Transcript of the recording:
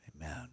amen